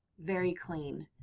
very clean.